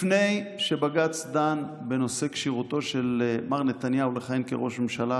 לפני שבג"צ דן בנושא כשירותו של מר נתניהו לכהן כראש ממשלה,